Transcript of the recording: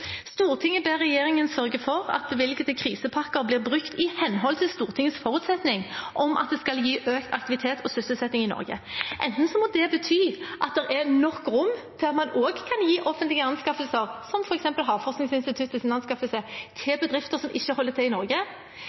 bevilgede krisepakkemidler blir brukt i henhold til Stortingets forutsetning om at det skal gi økt aktivitet og sysselsetting i Norge.» Det må bety at det er nok rom til at man også kan gi offentlige anskaffelser, som f.eks. Havforskningsinstituttets anskaffelse, til bedrifter som ikke holder til i Norge.